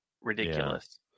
ridiculous